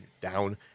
down